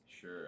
Sure